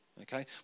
okay